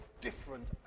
different